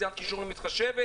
קצינת הקישור לא מתחשבת,